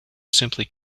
simply